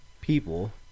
people